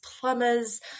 plumbers